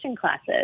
classes